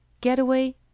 Getaway